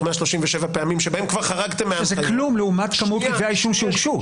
137 פעמים שבהם כבר חרגתם --- זה כלום לעומת כתבי האישום שהוגשו.